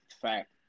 fact